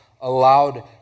allowed